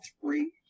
three